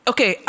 Okay